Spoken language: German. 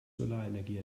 solarenergie